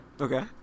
Okay